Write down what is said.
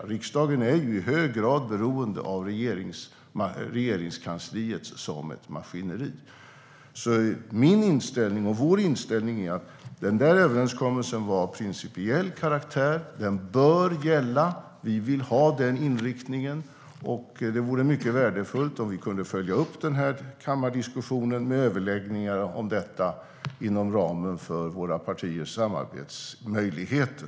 Riksdagen är ju i hög grad beroende av Regeringskansliet som maskineri. Min och vår inställning är att överenskommelsen var av principiell karaktär. Den bör gälla. Vi vill ha den inriktningen, och det vore mycket värdefullt om vi kunde följa upp den här kammardiskussionen med överläggningar om detta inom ramen för våra partiers samarbetsmöjligheter.